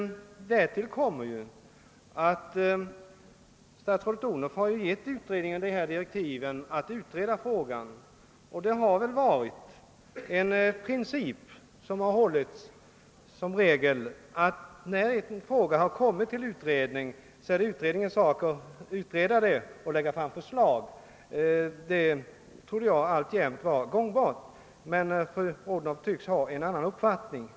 Därtill kommer ju, att statsrådet har gett utredningen direktiv att utreda frågan. Det har väl i regel iakttagits den principen, att när en fråga har överlämnats till en utredning, skall frågan utredas av denna, som skall framlägga förslag med anledning därav. Det trodde jag var en alltjämt gångbar princip. Men fru Odhnoff tycks ha en annan uppfattning.